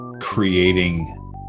creating